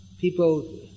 people